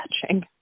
touching